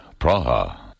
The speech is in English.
Praha